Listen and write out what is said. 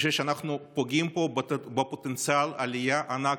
אני חושב שאנחנו פוגעים פה בפוטנציאל עלייה ענק,